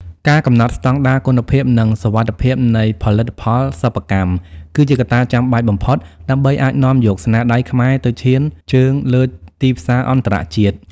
ការកំណត់ស្ដង់ដារគុណភាព និងសុវត្ថិភាពនៃផលិតផលសិប្បកម្ម គឺជាកត្តាចាំបាច់បំផុតដើម្បីអាចនាំយកស្នាដៃខ្មែរទៅឈានជើងលើទីផ្សារអន្តរជាតិ។